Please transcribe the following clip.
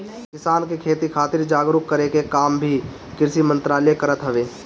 किसान के खेती खातिर जागरूक करे के काम भी कृषि मंत्रालय करत हवे